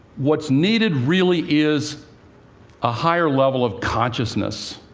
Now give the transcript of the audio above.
what's needed really is a higher level of consciousness.